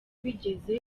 bigeze